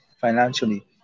financially